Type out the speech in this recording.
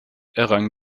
errang